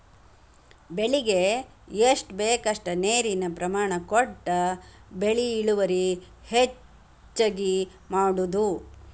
ಬೆಳಿಗೆ ಎಷ್ಟ ಬೇಕಷ್ಟ ನೇರಿನ ಪ್ರಮಾಣ ಕೊಟ್ಟ ಬೆಳಿ ಇಳುವರಿ ಹೆಚ್ಚಗಿ ಮಾಡುದು